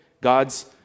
God's